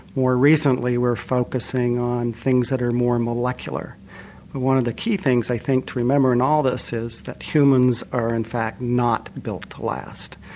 more recently we are focusing on things that are more and molecular and one of the key things i think to remember in all this is that humans are in fact not built to last.